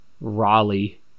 raleigh